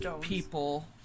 people